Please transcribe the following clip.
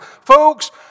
Folks